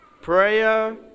Prayer